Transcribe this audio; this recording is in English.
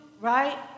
right